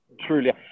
truly